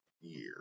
year